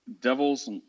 Devils